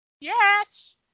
Yes